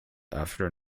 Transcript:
after